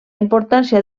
importància